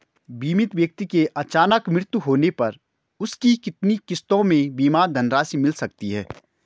बीमित व्यक्ति के अचानक मृत्यु होने पर उसकी कितनी किश्तों में बीमा धनराशि मिल सकती है?